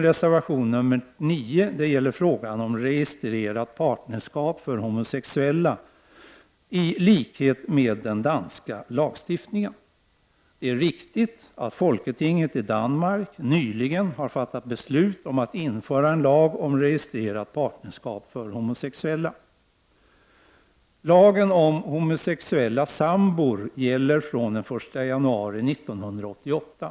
Reservation 9 gäller frågan om registrerat partnerskap för homosexuella i likhet med vad som gäller i den danska lagstiftningen. Det är riktigt att Folketinget i Danmark nyligen har fattat beslut om att införa en lag om registrerat partnerskap för homosexuella. Lagen om homosexuella sambor gäller från den 1 januari 1988.